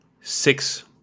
six